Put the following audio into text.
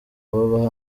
baba